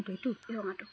কোনটো এইটো ৰঙাটো